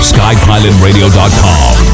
SkyPilotRadio.com